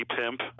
pimp